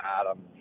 Adam